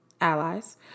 allies